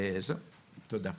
זהו, תודה.